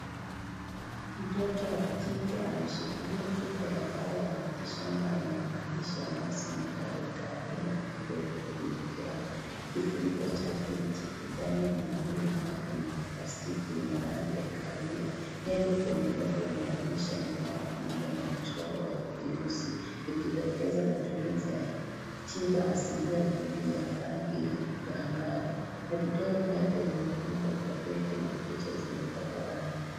Mtoto wa kike ameshikilia chupa ya dawa ya mitishamba inayosomeka Doctor Abdella Herbal Medical Care . Kifuniko chake ni cha kijani na mwili wake ni wa plastiki una rangi ya kahawia. Nembo kwenye lebo inaonyesha mimea pamoja na michoro ya virusi ikidokeza matumizi ya tiba asilia dhidi ya rangi angavu. Na vidole vyake vimepambwa kwa pete na kucha zimepakwa rangi.